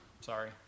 Sorry